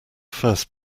first